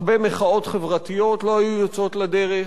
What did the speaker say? הרבה מחאות חברתיות לא היו יוצאות לדרך